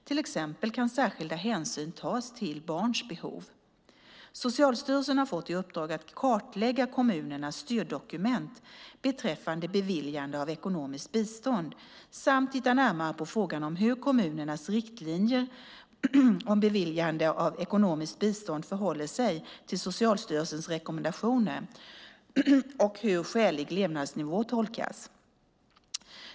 Till exempel kan särskilda hänsyn tas till barns behov. Socialstyrelsen har fått i uppdrag att kartlägga kommunernas styrdokument beträffande beviljande av ekonomiskt bistånd samt att titta närmare på frågan om hur kommunernas riktlinjer för beviljande av ekonomiskt bistånd förhåller sig till Socialstyrelsens rekommendationer och hur skälig levnadsnivå tolkas.